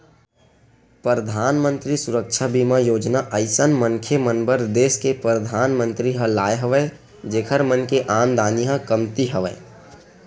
परधानमंतरी सुरक्छा बीमा योजना अइसन मनखे मन बर देस के परधानमंतरी ह लाय हवय जेखर मन के आमदानी ह कमती हवय